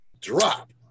drop